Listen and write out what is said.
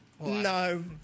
No